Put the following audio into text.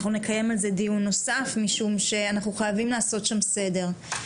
אנחנו נקיים על זה דיון נוסף משום שאנחנו חייבים לעשות שם סדר.